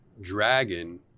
dragon